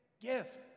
gift